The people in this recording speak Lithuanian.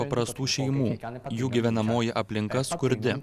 paprastų šeimų jų gyvenamoji aplinka skurdi